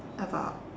about